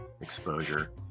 exposure